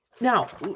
Now